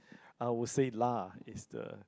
I would say lah is the